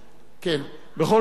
בכל מקרה,